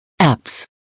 Apps